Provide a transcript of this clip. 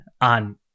on